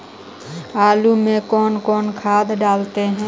आलू में कौन कौन खाद डालते हैं?